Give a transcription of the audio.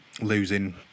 losing